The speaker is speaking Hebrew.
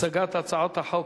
הצגת הצעות החוק,